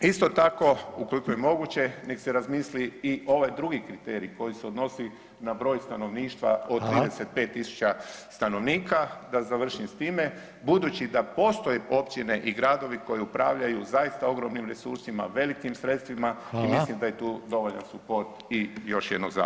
Isto tako ukoliko je moguće nek se razmisli i ovaj drugi kriterij koji se odnosi na broj stanovništva [[Upadica: Hvala]] od 35.000 stanovnika, da završim s time, budući da postoje općine i gradovi koji upravljaju zaista ogromnim resursima, velikim sredstvima [[Upadica: Hvala]] i mislim da je tu dovoljan suport i još jednom … [[Govornik se ne razumije]] Hvala.